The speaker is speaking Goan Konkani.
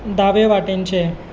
दावे वाटेनचें